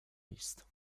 list